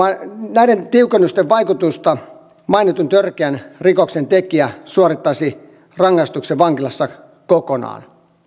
näiden tiukennusten vaikutuksesta mainitun törkeän rikoksen tekijä suorittaisi rangaistuksen vankilassa kokonaan